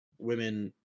Women